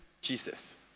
Jesus